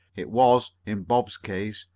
it was, in bob's case,